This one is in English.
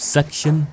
Section